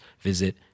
visit